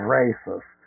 racist